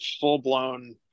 full-blown